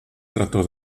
trató